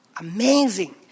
Amazing